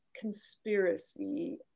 Conspiracy